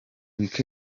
week